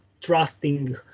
trusting